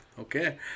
Okay